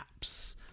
apps